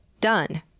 Done